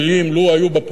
לו היו בפוליטיקה,